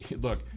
Look